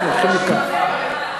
אתם הולכים,